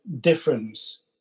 difference